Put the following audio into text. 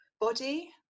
body